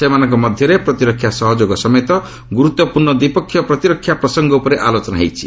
ସେମାନଙ୍କ ମଧ୍ୟରେ ପ୍ରତିରକ୍ଷା ସହଯୋଗ ସମେତ ଗୁରୁତ୍ୱପୂର୍ଣ୍ଣ ଦ୍ୱିପକ୍ଷୀୟ ପ୍ରତିରକ୍ଷା ପ୍ରସଙ୍ଗ ଉପରେ ଆଲୋଚନା ହୋଇଛି